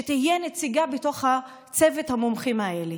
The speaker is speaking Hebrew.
שתהיה נציגה בתוך צוות המומחים הזה.